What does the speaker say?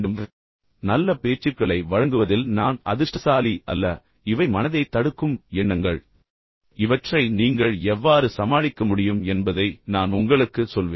எனவே நல்ல பேச்சுக்களை வழங்குவதில் நான் அதிர்ஷ்டசாலி அல்ல எனவே இவை மனதைத் தடுக்கும் எண்ணங்கள் பின்னர் இவற்றை நீங்கள் எவ்வாறு சமாளிக்க முடியும் என்பதை நான் உங்களுக்குச் சொல்வேன்